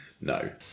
No